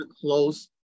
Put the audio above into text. close